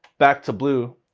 back to blue,